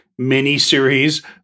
miniseries